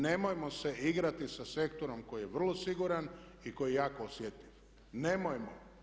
Nemojmo se igrati sa sektorom koji je vrlo siguran i koji je jako osjetljiv, nemojmo.